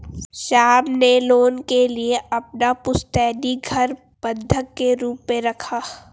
श्याम ने लोन के लिए अपना पुश्तैनी घर बंधक के रूप में रखा